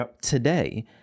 today